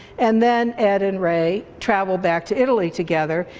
and then ed and ray travel back to italy together.